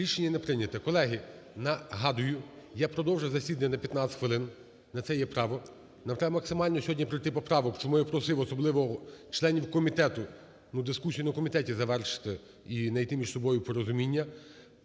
Рішення не прийнято. Колеги, нагадую, я продовжив засідання на 15 хвилин, на це є право. Нам треба максимально сьогодні пройти поправок, чому я просив особливо членів комітету, дискусію на комітеті завершити і знайти між собою порозуміння.